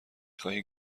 خواهی